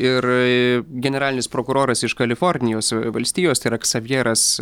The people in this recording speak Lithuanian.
ir generalinis prokuroras iš kalifornijos valstijos tai yra ksavjeras